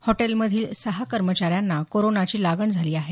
हॉटेलमधील सहा कर्मचाऱ्यांना कोरोनाची लागण झाली आहे